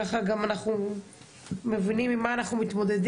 ככה אנחנו גם מבינים עם מה אנחנו מתמודדים,